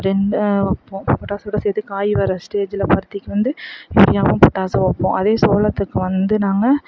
ரெண்டு வைப்போம் பொட்டாஷோட சேர்த்து காய் வர ஸ்டேஜில் பருத்திக்கு வந்து யூரியாவும் பொட்டாஷும் வைப்போம் அதே சோளத்துக்கு வந்து நாங்கள்